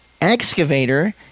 excavator